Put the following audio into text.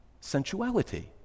sensuality